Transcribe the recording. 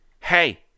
Hey